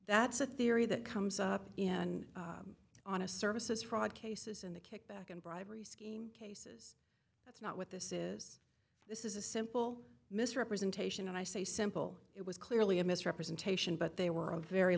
that's a theory that comes up in an honest services fraud cases in the kickback and bribery scheme cases that's not what this is this is a simple misrepresentation and i say simple it was clearly a misrepresentation but they were a very